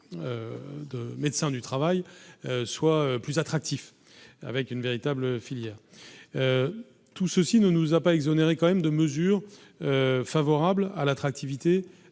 de médecins du travail soient plus attractif avec une véritable filière tout ceci ne nous a pas exonérer quand même de mesures favorables à l'attractivité